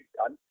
done